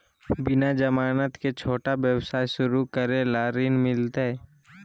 बिना जमानत के, छोटा व्यवसाय शुरू करे ला ऋण मिलतई?